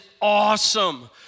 awesome